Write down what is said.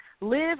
live